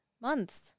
months